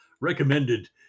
recommended